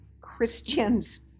Christians